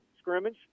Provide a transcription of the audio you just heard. scrimmage